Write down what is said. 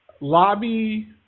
Lobby